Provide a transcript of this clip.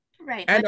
Right